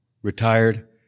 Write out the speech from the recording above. Retired